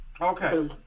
Okay